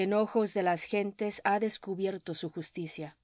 en ojos de las gentes ha descubierto su justicia